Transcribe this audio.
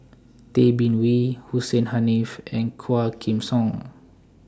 Tay Bin Wee Hussein Haniff and Quah Kim Song